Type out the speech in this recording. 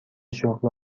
شغل